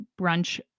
brunch